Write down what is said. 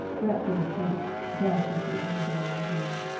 wrapped in a cape dark as the unborn moon.